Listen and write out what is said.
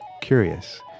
curious